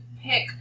pick